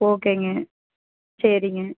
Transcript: ஓகேங்க சரிங்க